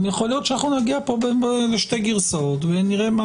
יכול להיות שנגיע פה לשתי גרסאות ונראה.